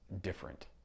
different